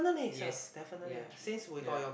yes ya ya